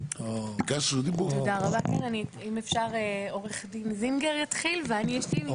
אם אפשר שעו"ד זינגר יתחיל ואני אשלים.